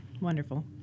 Wonderful